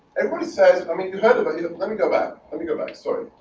everybody says i mean you heard about you let me go back have you go back story